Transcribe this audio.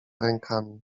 rękami